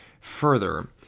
further